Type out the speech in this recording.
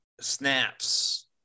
snaps